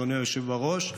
אדוני היושב בראש,